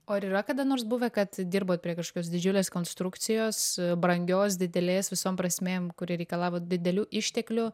o ar yra kada nors buvę kad dirbot prie kažkokios didžiulės konstrukcijos brangios didelės visom prasmėm kuri reikalavo didelių išteklių